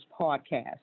podcast